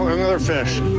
another fish.